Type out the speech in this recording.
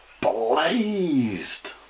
Blazed